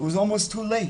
almost too late,